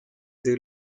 dei